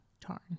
Tarn